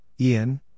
Ian